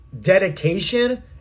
dedication